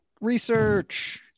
research